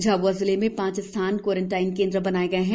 झाब्आ जिले में पांच स्थान क्वॉरंटाइन केंद्र बनाए गए हैं